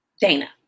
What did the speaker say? Dana